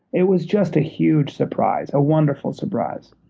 it was just a huge surprise, a wonderful surprise.